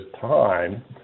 time